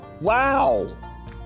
wow